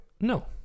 No